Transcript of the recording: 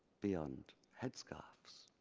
beyond head scarves.